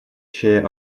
share